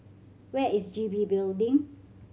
where is G B Building